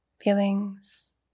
feelings